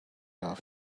have